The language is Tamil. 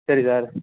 சரி சார்